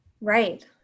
Right